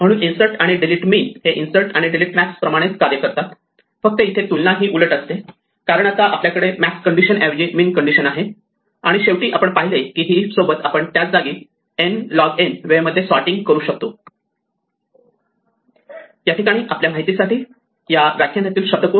म्हणून इन्सर्ट आणि delete min हे इन्सर्ट आणि डिलीट मॅक्स प्रमाणेच कार्य करतात फक्त इथे तुलना ही उलट असते कारण आता आपल्याकडे मॅक्स कंडिशन ऐवजी मीन कंडिशन आहे आणि शेवटी आपण पाहिले की हीप सोबत आपण त्याच जागी n लॉग n वेळे मध्ये सॉर्टिंग करू शकतो